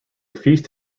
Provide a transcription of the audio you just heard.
feast